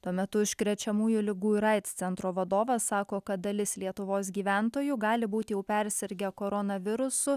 tuo metu užkrečiamųjų ligų ir aids centro vadovas sako kad dalis lietuvos gyventojų gali būti jau persirgę koronavirusu